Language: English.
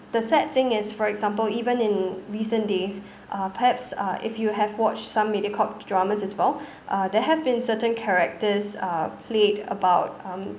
the sad thing is for example even in recent days uh perhaps uh if you have watch some Mediacorp dramas as well uh there have been certain characters uh played about um